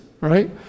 right